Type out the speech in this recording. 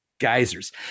geysers